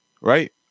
right